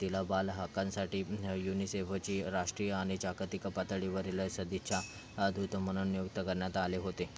तिला बाल हक्कांसाठी युनिसेफची राष्ट्रीय आणि जागतिक पातळीवरील सदीच्छादूत म्हणून नियुक्त करण्यात आले होते